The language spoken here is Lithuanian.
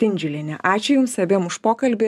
tindžiulienė ačiū jums abiem už pokalbį